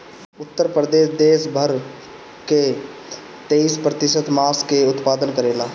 उत्तर प्रदेश देस भर कअ तेईस प्रतिशत मांस कअ उत्पादन करेला